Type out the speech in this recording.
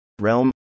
Realm